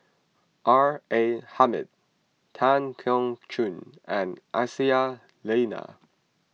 R A Hamid Tan Keong Choon and Aisyah Lyana